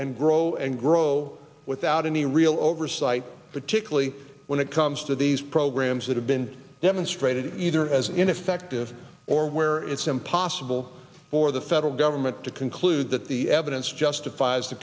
and grow and grow without any real oversight particularly when it comes to these programs that have been demonstrated either as ineffective or where it's impossible for the federal government to conclude that the evidence justifies the